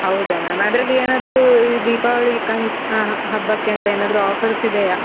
ಹೌದ ಮ್ಯಾಮ್ ಅದರಲ್ಲಿ ಏನಾದರೂ ದೀಪಾವಳಿ ಕನ್ ಹಬ್ಬಕ್ಕೆ ಅಂತ ಏನಾದರೂ ಆಫರ್ಸ್ ಇದೆಯಾ